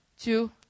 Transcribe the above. two